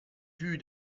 vue